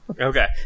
Okay